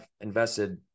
invested